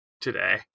today